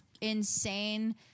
insane